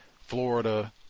Florida